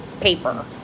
paper